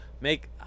make